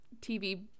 TV